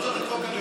את חוק הלאום,